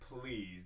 please